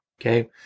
okay